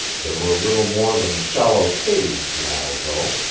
they were little more than shallow caves now, though,